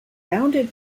bounded